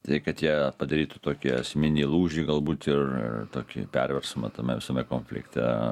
tai kad jie padarytų tokį esminį lūžį galbūt ir tokį perversmą tame visame konflikte